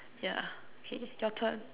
yeah K your turn